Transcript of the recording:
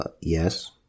yes